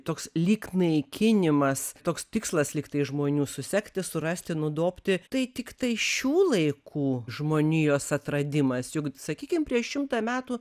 toks lyg naikinimas toks tikslas lygtai žmonių susekti surasti nudobti tai tiktai šių laikų žmonijos atradimas juk sakykim prieš šimtą metų